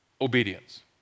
obedience